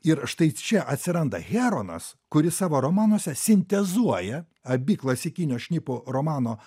ir štai čia atsiranda heronas kuris savo romanuose sintezuoja abi klasikinio šnipo romano